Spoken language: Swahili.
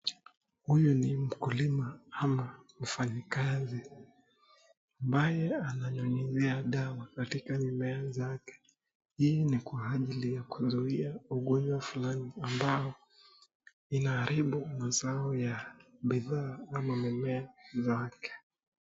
Huyu ni mkulima ama mfanyikazi ambaye ananyunyizia dawa katika mimea zake. Hii ni kwa ajili ya kuzuia ugonjwa fulani ambao inaharibu mazao ya bidhaa ama mimea zake.